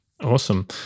Awesome